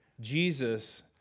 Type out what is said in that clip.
Jesus